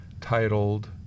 Titled